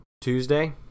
Tuesday